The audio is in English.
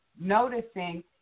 noticing